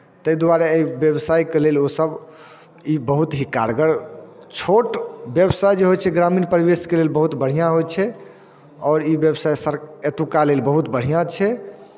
ताहि दुआरे एहि व्यवसायके लेल ओसभ ई बहुत ही कारगर छोट व्यवसाय जे होइ छै ग्रामीण परिवेशके लेल बहुत बढ़िआँ होइ छै आओर ई व्यवसाय सर एतुक्का लेल बहुत बढ़िआँ छै